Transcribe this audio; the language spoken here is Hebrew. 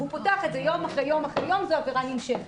והוא פותח אותו יום אחרי יום אחרי יום זה עבירה נמשכת.